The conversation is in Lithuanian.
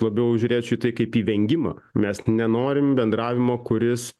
labiau žiūrėčiau į tai kaip į vengimą mes nenorim bendravimo kuris